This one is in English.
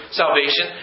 salvation